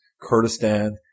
Kurdistan